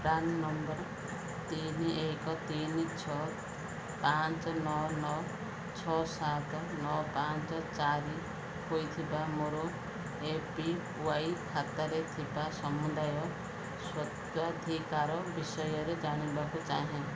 PRAN number ତିନି ଏକ ତିନି ଛଅ ପାଞ୍ଚ ନଅ ନଅ ଛଅ ସାତ ନଅ ପାଞ୍ଚ ଚାରି ହୋଇଥିବା ମୋର ଏ ପି ୱାଇ ଖାତାରେ ଥିବା ସମୁଦାୟ ସ୍ୱତ୍ୱାଧିକାର ବିଷୟରେ ଜାଣିବାକୁ ଚାହେଁ